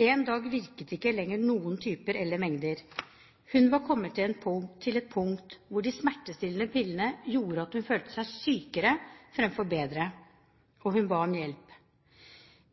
En dag virket ikke lenger noen typer eller mengder. Hun var kommet til et punkt hvor de smertestillende pillene gjorde at hun følte seg sykere framfor bedre, og hun ba om hjelp.